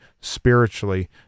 spiritually